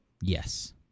Yes